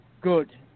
good